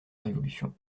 révolution